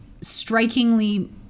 strikingly